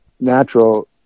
natural